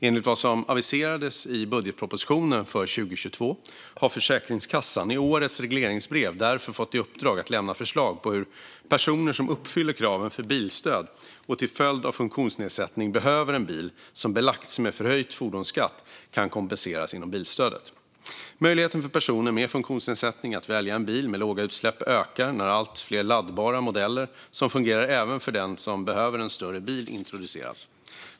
Enligt vad som aviserades i budgetpropositionen för 2022 har Försäkringskassan i årets regleringsbrev därför fått i uppdrag att lämna förslag på hur personer som uppfyller kraven för bilstöd och till följd av funktionsnedsättning behöver en bil som belagts med förhöjd fordonsskatt kan kompenseras inom bilstödet. Möjligheten för personer med funktionsnedsättning att välja en bil med låga utsläpp ökar när allt fler laddbara modeller som fungerar även för den som behöver en större bil introduceras.